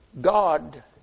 God